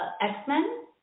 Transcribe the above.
X-Men